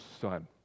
son